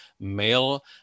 male